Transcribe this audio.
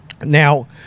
Now